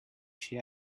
she